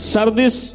Sardis